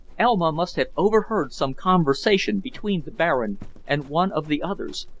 elma must have overheard some conversation between the baron and one of the others,